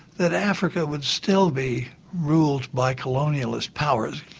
that africa would still be ruled by colonialist powers.